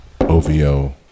OVO